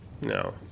No